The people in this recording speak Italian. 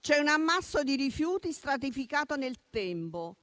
C'è un ammasso di rifiuti stratificato nel tempo